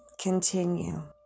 Continue